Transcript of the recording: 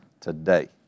today